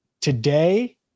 today